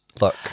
look